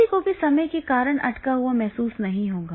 किसी को भी समय के कारण अटका हुआ महसूस नहीं होगा